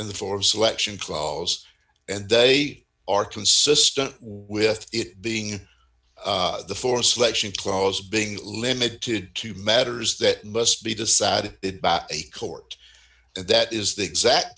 in the form of selection clause and they are consistent with it being the for selection clause being limited to matters that must be decided it back a court and that is the exact